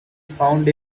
found